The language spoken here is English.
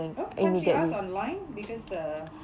!huh! can't you ask online because uh